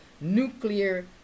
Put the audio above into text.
nuclear